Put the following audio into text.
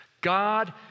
God